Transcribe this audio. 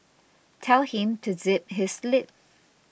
tell him to zip his lip